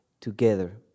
together